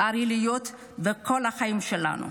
זה צריך להיות בכל החיים שלנו.